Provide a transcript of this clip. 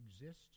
exist